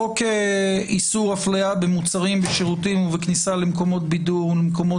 חוק איסור אפליה במוצרים ושירותים ובכניסה למקומות בידור ומקומות